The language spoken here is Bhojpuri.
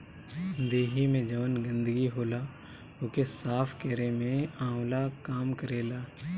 देहि में जवन गंदगी होला ओके साफ़ केरे में आंवला काम करेला